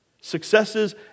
Successes